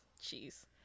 cheese